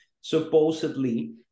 supposedly